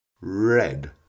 red